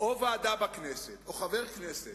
או ועדה בכנסת או חבר כנסת